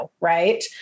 right